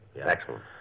Excellent